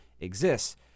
exists